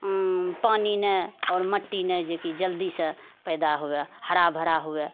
पानि नहि आओर माटि नहि जेकि जल्दीसँ पैदा हुये हरा भरा हुये